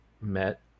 met